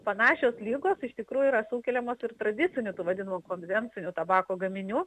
panašios ligos iš tikrųjų yra sukeliamos ir tradicinių tų vadinamų konvencinių tabako gaminių